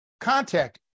Contact